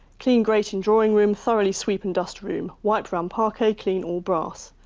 clean grate in drawing room, thoroughly sweep and dust room. wipe round parquet, clean all brass.